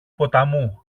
ποταμού